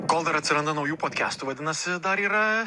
kol dar atsiranda naujų podkestų vadinasi dar yra